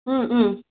ம் ம்